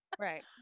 Right